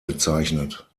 bezeichnet